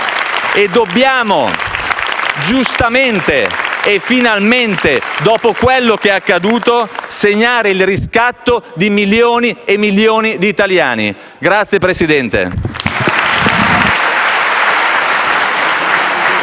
E dobbiamo, giustamente e finalmente, dopo quanto è accaduto, segnare il riscatto di milioni e milioni di italiani. *(Applausi